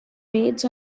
raids